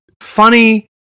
funny